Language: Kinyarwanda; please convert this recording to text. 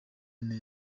nka